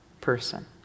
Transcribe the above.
person